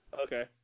Okay